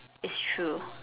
it's true